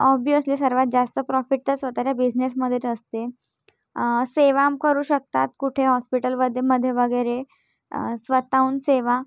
obviously सर्वात जास्त profit तर स्वतःच्या बिजनेसमध्येच असते सेवा करू शकतात कुठे ऑस्पिटलवद्देमध्ये वगैरे स्वतःहून सेवा